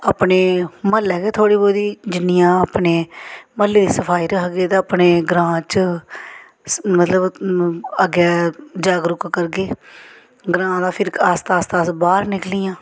अपने म्हल्ले गै थोह्ड़ी बोह्ती जिन्नियां अपने म्हल्ले दी सफाई रखगे ते अपने ग्रांऽ च मतलब अग्गें जागरूक करगे ग्रांऽ दा फिर आस्ता आस्ता अस बाह्र निकलियां